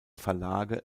verlage